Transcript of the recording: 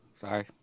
Sorry